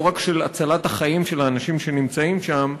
לא רק של הצלת החיים של האנשים שנמצאים שם,